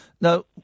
No